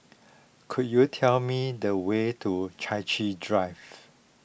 could you tell me the way to Chai Chee Drive